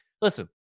Listen